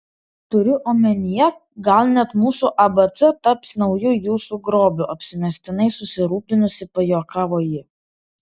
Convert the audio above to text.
turiu omenyje gal net mūsų abc taps nauju jūsų grobiu apsimestinai susirūpinusi pajuokavo ji